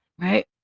Right